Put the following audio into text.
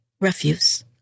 refuse